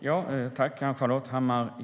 Herr talman!